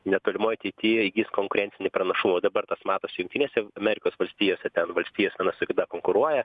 netolimoj ateity įgis konkurencinį pranašumą dabar tas matas jungtinėse amerikos valstijose ten valstijos viena su kita konkuruoja